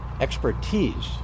expertise